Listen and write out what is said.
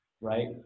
right